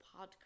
podcast